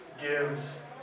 gives